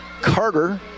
Carter